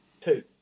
Two